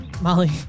Molly